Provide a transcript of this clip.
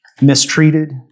mistreated